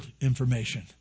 information